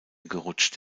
gerutscht